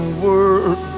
word